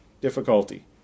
difficulty